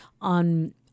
on